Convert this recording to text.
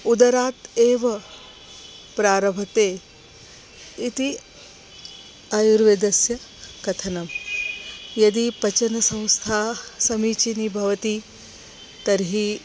उदरात् एव प्रारभते इति आयुर्वेदस्य कथनं यदि पचनसंस्था समीचीना भवति तर्हि